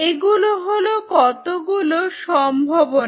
এগুলি হল কতগুলো সম্ভাবনা